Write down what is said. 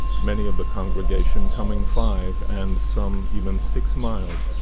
many of the congregation coming five and some even six miles,